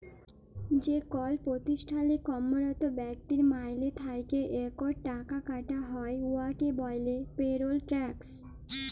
যেকল পতিষ্ঠালে কম্মরত ব্যক্তির মাইলে থ্যাইকে ইকট টাকা কাটা হ্যয় উয়াকে ব্যলে পেরল ট্যাক্স